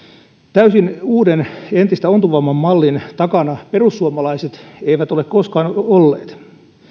täysin uuden entistä ontuvamman mallin takana perussuomalaiset eivät ole koskaan olleet